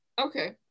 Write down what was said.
okay